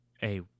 hey